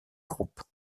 groupe